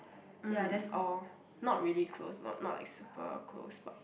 ya that's all not really close not not like super close but